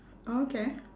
okay